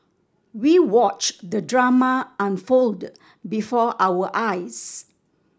we watched the drama unfold before our eyes